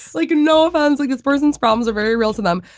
like, no um phones, like this person's problems are very real to them